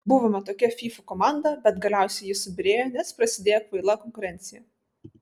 buvome tokia fyfų komanda bet galiausiai ji subyrėjo nes prasidėjo kvaila konkurencija